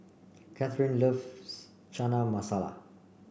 Catherine loves China Masala